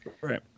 Right